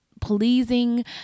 pleasing